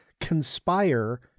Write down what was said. conspire